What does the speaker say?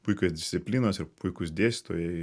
puikios disciplinos ir puikūs dėstytojai